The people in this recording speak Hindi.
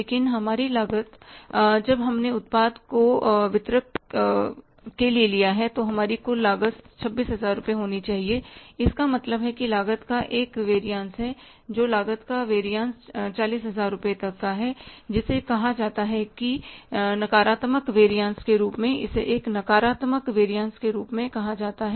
लेकिन हमारी लागत जब हमने उत्पाद को वितरक के लिए ले लिया है तो हमारी कुल लागत 26000 रुपये होने वाली है इसका मतलब है कि लागत का एक वेरियस है और लागत का वेरियस 4000 रुपये तक है जिसे कहा जाता है नकारात्मक वेरियसके रूप में इसे एक नकारात्मक वेरियस के रूप में कहा जाता है